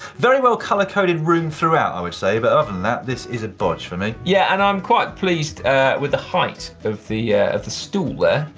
very well color coded room throughout, i would say, but other than that this is a bodge for me. yeah, and i'm quite pleased with the height of the of the stool there.